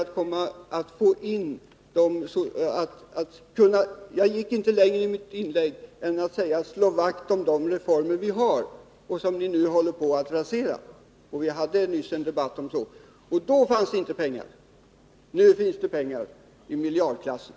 Jag gick inte längre i mitt inlägg än att säga att det blir svårt att slå vakt om de reformer vi har — och som ni nu håller på att rasera. Vi hade nyss en debatt om detta. Då fanns inte pengar. Nu finns det pengar i miljardklassen.